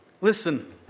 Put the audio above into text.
Listen